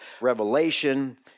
revelation